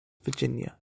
virginia